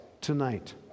tonight